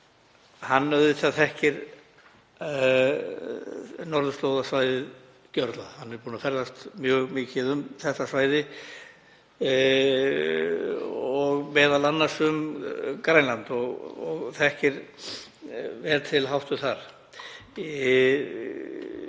Hann þekkir norðurslóðasvæðið gjörla, er búinn að ferðast mjög mikið um þetta svæði og m.a. um Grænland og þekkir vel til háttu þar.